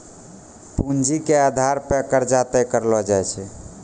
पूंजी के आधार पे कर्जा तय करलो जाय छै